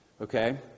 okay